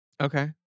Okay